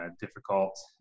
difficult